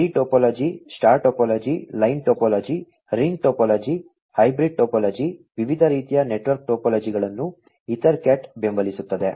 tree topology star topology line topology ring topology hybrid topology ವಿವಿಧ ರೀತಿಯ network ಟೋಪೋಲಜಿಗಳನ್ನು EtherCAT ಬೆಂಬಲಿಸುತ್ತದೆ